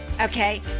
okay